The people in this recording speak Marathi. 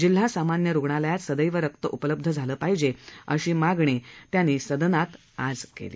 जिल्हा सामान्य रुग्णालायात सदैव रक्त उपलब्धा झालं पाहिजे अशी मागणी त्यांनी आज सदनात केली